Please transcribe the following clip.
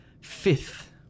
FIFTH